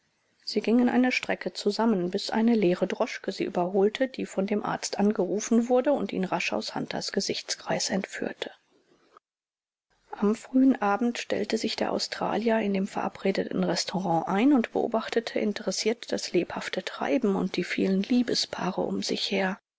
sie gingen eine strecke zusammen bis eine leere droschke sie überholte die von dem arzt angerufen wurde und ihn rasch aus hunters gesichtskreis entführte am frühen abend stellte sich der australier in dem verabredeten restaurant ein und beobachtete interessiert das lebhafte treiben und die vielen liebespaare um sich her